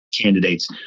candidates